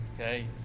Okay